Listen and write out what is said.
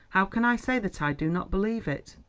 how can i say that i do not believe it?